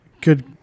Good